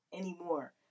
anymore